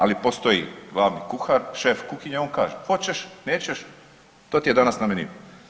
Ali postoji 2 kuhar, šef kuhinje, on kaže, hoćeš, nećeš, to ti je danas na meniju.